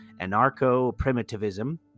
anarcho-primitivism